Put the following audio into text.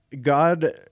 God